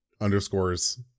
underscores